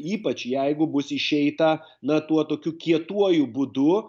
ypač jeigu bus išeita na tuo tokiu kietuoju būdu